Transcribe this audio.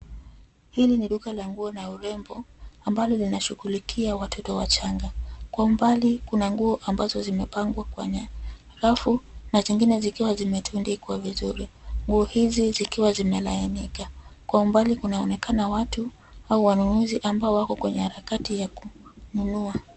Hili ni duka la nguo na urembo ambalo linashughulikia watoto wachanga. Kwa umbali kuna nguo ambazo zimepangwa kwenye rafu na zingine zikiwa zimetundikwa vizuri. Nguo hizi zikiwa zimelainika. Kwa umbali kunaonekana watu au wanunuzi ambao wako kwenye harakati ya kununua.